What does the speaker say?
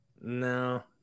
No